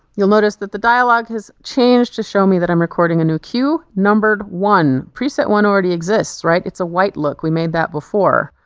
you'll notice that the dialogue has changed to show me that i'm recording a new cue numbered one preset one already exists right it's a white look we made that before.